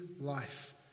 life